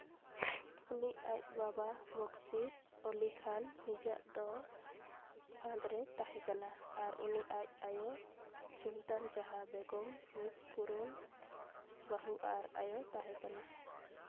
ᱩᱱᱤ ᱟᱡ ᱵᱟᱵᱟ ᱵᱚᱠᱥᱤᱨ ᱚᱞᱤ ᱠᱷᱟᱱ ᱱᱤᱡᱟᱜ ᱫᱚ ᱯᱷᱟᱸᱫᱽ ᱨᱮ ᱛᱟᱦᱮᱸ ᱠᱟᱱᱟ ᱟᱨ ᱩᱱᱤ ᱟᱡ ᱟᱭᱳ ᱥᱩᱞᱛᱟᱱ ᱡᱟᱦᱟᱸ ᱵᱮᱜᱚᱢ ᱢᱤᱫ ᱯᱩᱨᱚᱱ ᱵᱟᱹᱦᱩ ᱟᱨ ᱟᱭᱳ ᱛᱟᱦᱮᱸ ᱠᱟᱱᱟ